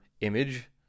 image